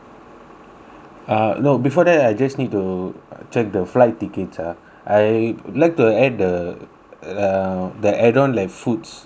uh no before that I just need to check the flight tickets ah I would like to add the uh the add on like foods and stuffs